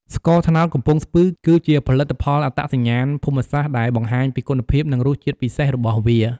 ស្ករត្នោតកំពង់ស្ពឺ គឺជាផលិតផលអត្តសញ្ញាណភូមិសាស្ត្រ ដែលបង្ហាញពីគុណភាព និងរសជាតិពិសេសរបស់វា។